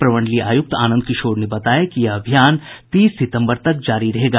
प्रमंडलीय आयुक्त आनंद किशोर ने बताया कि यह अभियान तीस सितम्बर तक जारी रहेगा